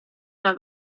una